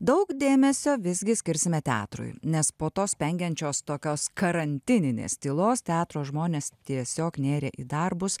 daug dėmesio visgi skirsime teatrui nes po tos spengiančios tokios karantininės tylos teatro žmonės tiesiog nėrė į darbus